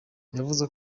yavuze